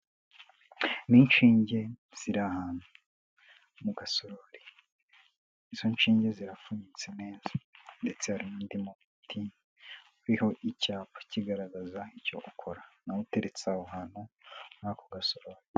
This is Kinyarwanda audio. Ni inshinge ziri ahantu mu gasorori, izo nshinge zirapfunyitse neza, ndetse hari n'undi muti uriho icyapa kigaragaza icyo ukora, nawo uteretse aho hantu muri ako gasorori.